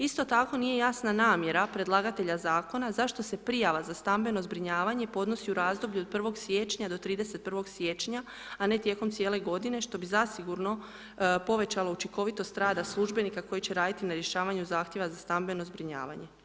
Isto tako nije jasna namjera predlagatelja zakona zašto se prijava za stambeno zbrinjavanje podnosi u razdoblju od 1. siječnja do 31. siječnja, a ne tijekom cijele godine što bi zasigurno povećalo učinkovitost rada službenika koji će raditi na rješavanju zahtjeva za stambeno zbrinjavanje.